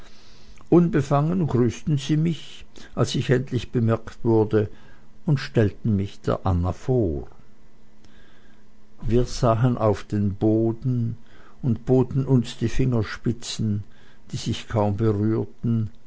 unbefangen grüßten sie mich als ich endlich bemerkt wurde und stellten mich der anna vor wir sahen auf den boden und boten uns die fingerspitzen die sich kaum berührten